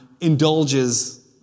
indulges